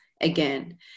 again